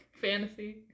Fantasy